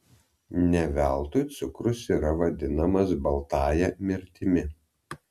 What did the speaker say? ne veltui cukrus yra vadinamas baltąja mirtimi